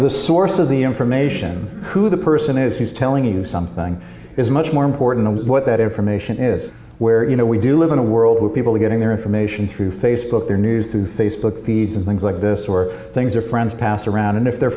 the source of the information who the person is who's telling you something is much more important what that information is where you know we do live in a world where people are getting their information through facebook their news through facebook feeds and things like this where things are friends pass around and if their